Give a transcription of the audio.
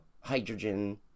hydrogen